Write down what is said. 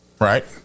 Right